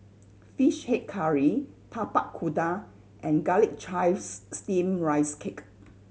Fish Head Curry Tapak Kuda and Garlic Chives Steamed Rice Cake